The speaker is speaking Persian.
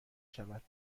شود